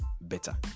better